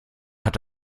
hat